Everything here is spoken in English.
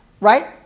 Right